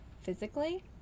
physically